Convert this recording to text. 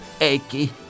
achy